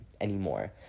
anymore